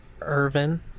Irvin